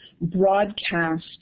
broadcast